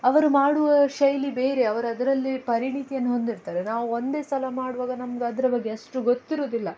ಅವರು ಮಾಡುವ ಶೈಲಿ ಬೇರೆ ಅವರದರಲ್ಲಿ ಪರಿಣಿತಿಯನ್ನ ಹೊಂದಿರ್ತಾರೆ ನಾವು ಒಂದೇ ಸಲ ಮಾಡುವಾಗ ನಮ್ಗದ್ರ ಬಗ್ಗೆ ಅಷ್ಟು ಗೊತ್ತಿರೋದಿಲ್ಲ